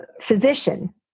physician